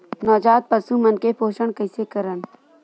नवजात पशु मन के पोषण कइसे करन?